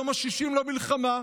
היום ה-60 למלחמה.